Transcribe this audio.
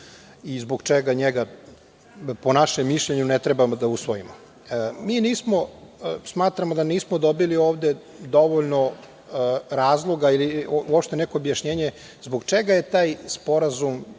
i zbog čega njega, po našem mišljenju ne treba da usvojimo. Smatramo da nismo dobili ovde dovoljno razloga ili uopšte neko objašnjenje zbog čega je taj sporazum